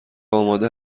آماده